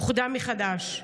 אוחדה מחדש.